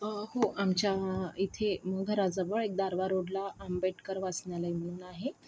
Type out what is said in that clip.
हो आमच्या इथे घराजवळ एक दारवा रोडला आंबेडकर वाचनालय म्हणून आहे